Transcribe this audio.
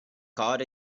caught